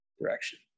direction